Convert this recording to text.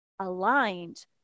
aligned